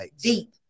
deep